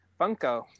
funko